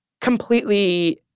completely